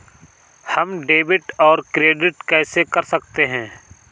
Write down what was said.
हम डेबिटऔर क्रेडिट कैसे कर सकते हैं?